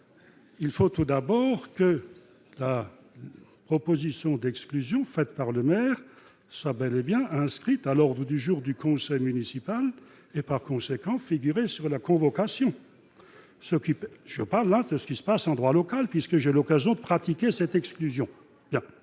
il faut tout d'abord que la proposition d'exclusion faite par le maire soit bel et bien inscrit à l'ordre du jour du conseil municipal et par conséquent, figurait sur la convocation s'occupe, je parle là ce qui se passe en droit local puisque j'ai l'occasion de pratiquer cette exclusion,